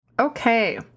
Okay